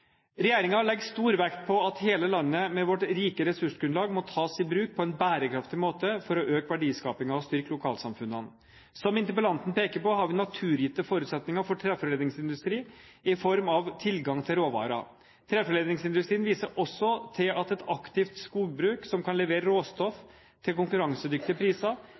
legger stor vekt på at hele landet, med sitt rike ressursgrunnlag, må tas i bruk på en bærekraftig måte for å øke verdiskapingen og styrke lokalsamfunnene. Som interpellanten peker på, har vi naturgitte forutsetninger for treforedlingsindustri i form av tilgang til råvarer. Treforedlingsindustrien viser også til at et aktivt skogbruk som kan levere råstoff til konkurransedyktige priser,